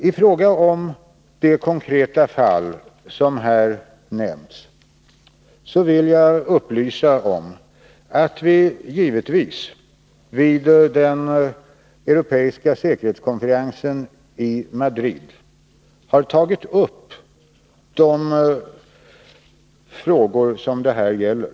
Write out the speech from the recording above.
I fråga om de konkreta fall som här har nämnts vill jag upplysa om att vi vid den Europeiska säkerhetskonferensen i Madrid givetvis tog upp de frågor som det här gäller.